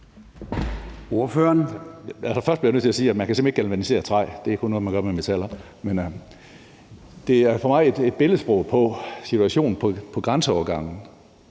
Først bliver jeg nødt til at sige, at man simpelt hen ikke kan galvanisere træ – det er kun noget, man gør med metaller. Det er for mig et billedsprog på situationen ved grænseovergangen,